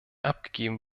abgegeben